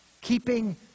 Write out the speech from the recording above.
Keeping